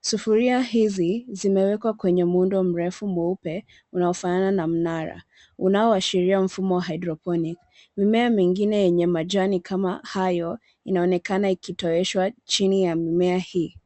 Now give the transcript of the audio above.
Sufuria hizi zimewekwa kwenye muundo mrefu mweupe unaofanana na mnara unaoashiria mfumo wa haidroponi. Mimea mengine yenye majani kama hayo inaonekana ikitoeshwa chini ya mimea hii.